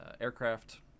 aircraft